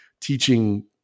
teaching